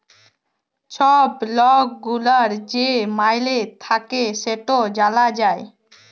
ছব লক গুলার যে মাইলে থ্যাকে সেট জালা যায়